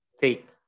take